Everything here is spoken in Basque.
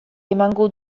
emango